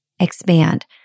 expand